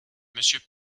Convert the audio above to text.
monsieur